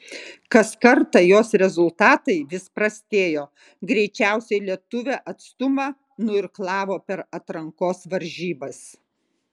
kas kartą jos rezultatai vis prastėjo greičiausiai lietuvė atstumą nuirklavo per atrankos varžybas